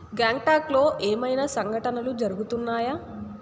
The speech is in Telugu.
గ్యాంగ్టాక్లో ఏమైనా సంఘటనలు జరుగుతున్నాయా